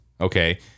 okay